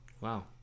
wow